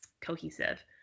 cohesive